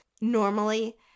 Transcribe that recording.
Normally